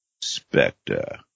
Spectre